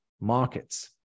markets